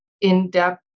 in-depth